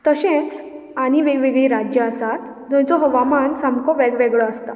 तशेंच आनी वेग वेगळीं राज्यां आसात थंयचो हवामान सामको वेग वेगळो आसता